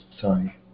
sorry